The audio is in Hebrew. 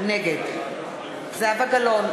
נגד זהבה גלאון,